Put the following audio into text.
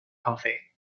coffee